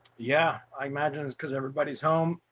yeah, i imagine is because everybody's home